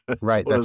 Right